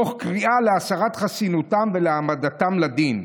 תוך קריאה להסרת חסינותם ולהעמדתם לדין,